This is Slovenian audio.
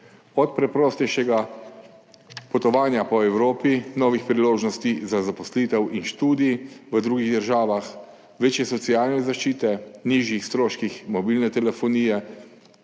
od preprostejšega potovanja po Evropi, novih priložnosti za zaposlitev in študija v drugih državah, večje socialne zaščite, nižjih stroških mobilne telefonije